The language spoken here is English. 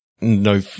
no